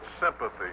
sympathy